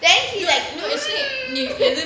then he like mm